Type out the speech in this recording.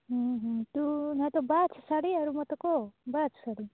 ଉଁ ହୁଁ ତୁ ନାଇଁ ତ ବାଛ୍ ଶାଢ଼ୀ ଆରୁ ମୋତେ କହ ବାଛ୍ ଶାଢ଼ୀ